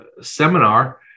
seminar